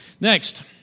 Next